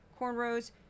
cornrows